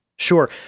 Sure